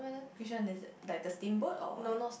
which one is it like the steamboat or what